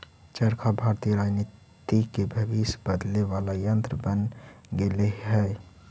चरखा भारतीय राजनीति के भविष्य बदले वाला यन्त्र बन गेले हई